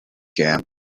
camp